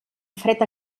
fred